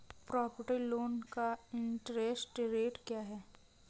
Property loan का interest rate क्या है?